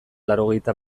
laurogeita